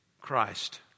Christ